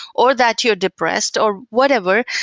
or that you're depressed, or whatever.